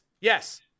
Yes